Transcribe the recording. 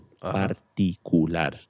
Particular